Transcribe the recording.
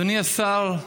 אדוני השר,